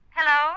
Hello